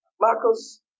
Marcus